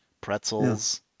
pretzels